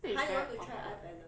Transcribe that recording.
so it's very awkward